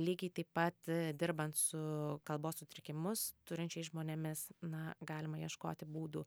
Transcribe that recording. lygiai taip pat dirbant su kalbos sutrikimus turinčiais žmonėmis na galima ieškoti būdų